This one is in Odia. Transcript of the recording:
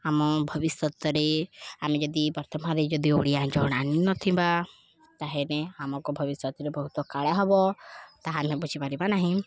ଆମ ଭବିଷ୍ୟତରେ ଆମେ ଯଦି ବର୍ତ୍ତମାନରେ ଯଦି ଓଡ଼ିଆ ଜଣା ହିଁ ନଥିବା ତାହେଲେ ଆମକୁ ଭବିଷ୍ୟତରେ ବହୁତ କାଳ ହବ ତାହାଲେ ବୁଝିପାରିବା ନାହିଁ